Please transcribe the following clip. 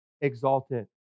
exalted